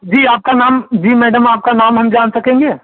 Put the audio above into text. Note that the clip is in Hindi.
जी आपका नाम जी मैडम आपका नाम हम जान सकेंगे